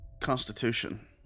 Constitution